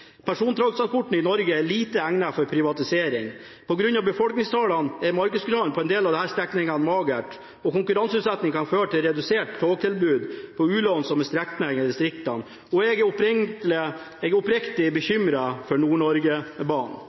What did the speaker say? Persontogtransporten i Norge er lite egnet for privatisering. På grunn av befolkningstallene er markedsgrunnlaget på en del av disse strekningene magert, og konkurranseutsetting kan føre til redusert togtilbud på ulønnsomme strekninger i distriktene. Jeg er oppriktig bekymret for